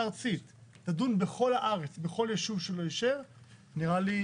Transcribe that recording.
הארצית תדון בכל הארץ בכל יישוב נראה לי